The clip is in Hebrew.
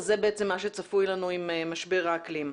אז זה בעצם מה שצפוי לנו עם משבר האקלים.